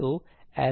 तोLxb